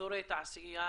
באזורי תעשייה